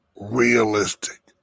realistic